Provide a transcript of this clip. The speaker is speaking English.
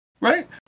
Right